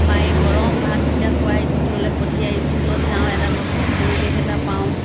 মায়ে গৰম ভাতকেইটা খুৱাই স্কুললৈ পঠিয়াই স্কুলত যাওঁ এটা নতুন পৰিৱেশ এটা পাওঁ